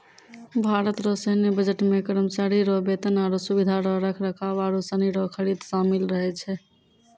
भारत रो सैन्य बजट मे करमचारी रो बेतन, आरो सुबिधा रो रख रखाव आरू सनी रो खरीद सामिल रहै छै